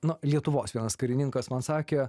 na lietuvos vienas karininkas man sakė